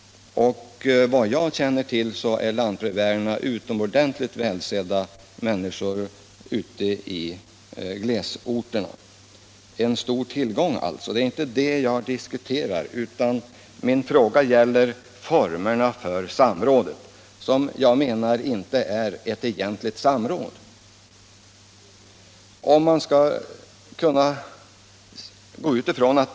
Vad jag känner till är lantbrevbärarna utomordentligt välsedda människor ute i glesbygdsorterna — en stor tillgång alltså. Min fråga gäller formerna för samrådet, som jag menar inte skapar förutsättningar för meningsfullt samråd.